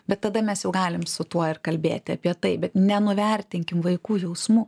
bet tada mes jau galim su tuo ir kalbėt apie tai bet nenuvertinkim vaikų jausmų